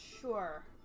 sure